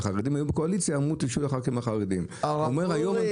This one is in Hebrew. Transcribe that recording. שכשהחרדים היו בקואליציה תשבו רק עם החרדים --- אורי,